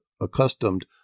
accustomed